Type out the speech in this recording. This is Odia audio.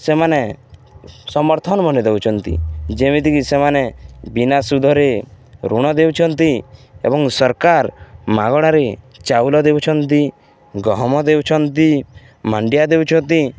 ସେମାନେ ସମର୍ଥନ ମାନ ଦେଉଛନ୍ତି ଯେମିତିକି ସେମାନେ ବିନା ସୁଧରେ ଋଣ ଦେଉଛନ୍ତି ଏବଂ ସରକାର ମାଗଣାରେ ଚାଉଳ ଦେଉଛନ୍ତି ଗହମ ଦେଉଛନ୍ତି ମାଣ୍ଡିଆ ଦେଉଛନ୍ତି